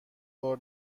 بار